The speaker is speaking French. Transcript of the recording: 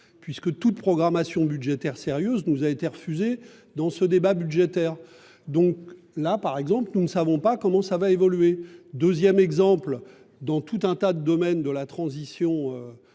Puisque toute programmation budgétaire sérieuse nous a été refusé. Dans ce débat budgétaire donc là par exemple nous ne savons pas comment ça va évoluer. 2ème exemple dans tout un tas de domaines de la transition